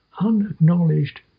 unacknowledged